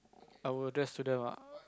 I will address to them ah